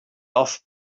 off